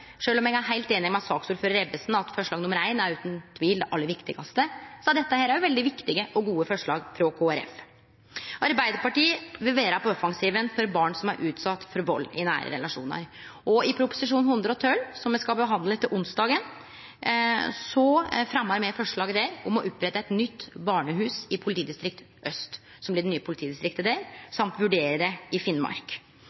om eg er heilt einig med saksordførar Ebbesen at forslag nr. 1 er utan tvil det aller viktigaste, så er dette òg viktige og gode forslag frå Kristeleg Folkeparti. Arbeidarpartiet vil vere på offensiven for barn som er utsette for vald i nære relasjonar, og i Prop. 112 , som me skal behandle onsdag, fremjar me forslag om å opprette eit nytt barnehus i politidistrikt Øst, som blir det nye politidistriktet der,